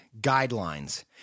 guidelines